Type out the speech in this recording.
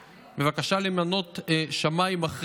השבחה או לפנות ליושב-ראש מועצת השמאים בבקשה למנות שמאי מכריע,